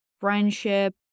friendship